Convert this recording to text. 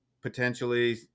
potentially